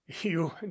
You